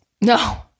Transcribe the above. no